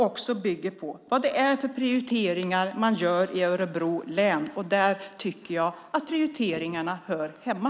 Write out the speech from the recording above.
Det bygger på vad det är för prioriteringar man gör i Örebro län. Där tycker jag att prioriteringarna här hemma.